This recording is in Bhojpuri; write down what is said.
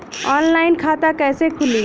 ऑनलाइन खाता कइसे खुली?